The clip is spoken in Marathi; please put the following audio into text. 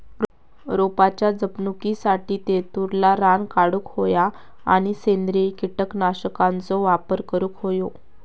रोपाच्या जपणुकीसाठी तेतुरला रान काढूक होया आणि सेंद्रिय कीटकनाशकांचो वापर करुक होयो